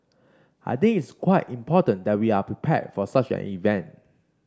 I think it's quite important that we are prepared for such an event